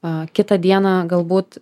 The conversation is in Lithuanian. a kitą dieną galbūt